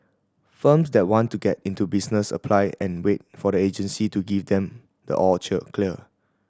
firms that want to get into the business apply and wait for the agency to give them the all cheer clear